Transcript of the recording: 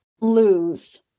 lose